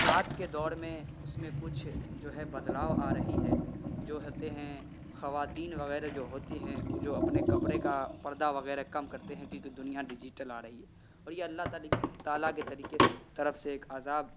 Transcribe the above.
آج کے دور میں اس میں کچھ جو ہے بدلاؤ آ رہی ہے جو ہوتے ہیں خواتین وغیرہ جو ہوتی ہیں وہ جو اپنے کپڑے کا پردہ وغیرہ کم کرتے ہیں کیونکہ دنیا ڈیجیٹل آ رہی ہے اور یہ اللہ تعالیٰ کے طریقے سے طرف سے ایک عذاب